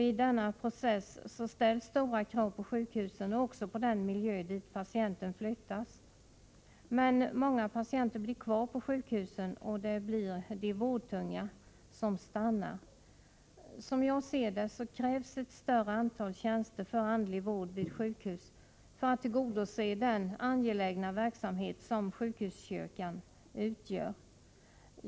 I denna process ställs stora krav på sjukhusen och även på den miljö dit patienterna flyttas. Men många patienter blir kvar på sjukhusen — och det blir de vårdtunga patienterna som stannar. Som jag ser det, krävs ett större antal tjänster för andlig vård vid sjukhus för att tillgodose den angelägna verksamhet som sjukhuskyrkan bedriver.